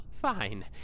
Fine